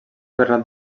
bernat